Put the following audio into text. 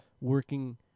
working